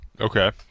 Okay